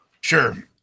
Sure